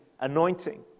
anointing